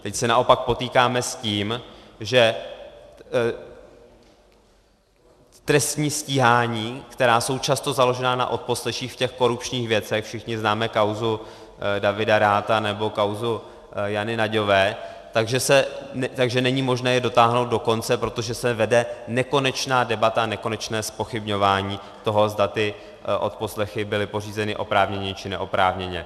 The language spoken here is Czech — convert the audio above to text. Teď se naopak potýkáme s tím, že trestní stíhání, která jsou často založena na odposleších v těch korupčních věcech všichni známe kauzu Davida Ratha nebo kauzu Jany Nagyové , není možné je dotáhnout do konce, protože se vede nekonečná debata, nekonečné zpochybňování toho, zda ty odposlechy byly pořízeny oprávněně, či neoprávněně.